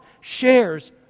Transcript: shares